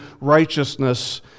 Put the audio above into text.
righteousness